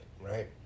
right